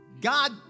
God